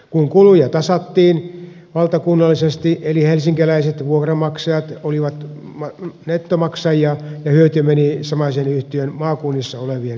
kun kuluja tasattiin valtakunnallisesti eli helsinkiläiset vuokranmaksajat olivat nettomaksajia hyöty meni samaisen yhtiön maakunnissa olevien vuokralaisten vuokriin